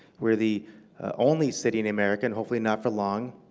we're the only city in america, and hopefully not for long,